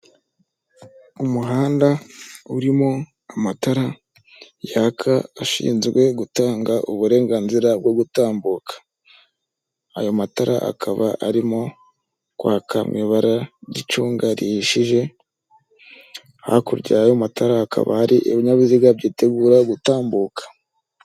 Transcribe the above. Umuhanda urimo amatara yaka ashinzwe gutanga uburenganzira bwo gutambuka, ayo matara akaba arimo kwaka mu ibara ry'icunga rihishije, hakurya yayo matara hakaba hari ibinyabiziga byitegura gutambuka.